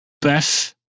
Beth